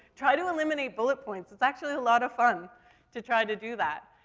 try to eliminate bullet points. it's actually a lot of fun to try to do that.